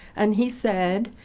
and he said,